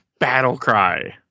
Battlecry